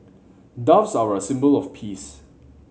doves are a symbol of peace